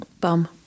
Bum